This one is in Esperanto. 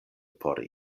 por